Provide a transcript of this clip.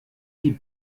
die